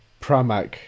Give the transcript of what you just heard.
Pramac